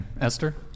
Esther